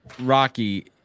Rocky